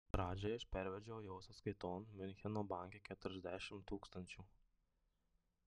pradžiai aš pervedžiau jo sąskaiton miuncheno banke keturiasdešimt tūkstančių